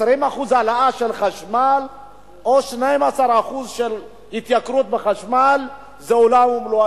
20% או 12% של התייקרות בחשמל זה עולם ומלואו,